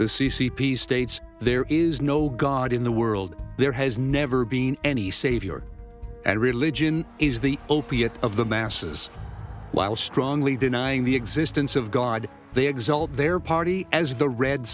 the c c p states there is no god in the world there has never been any savior and religion is the opiate of the masses while strongly denying the existence of god they exult their party as the red